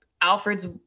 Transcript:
Alfred's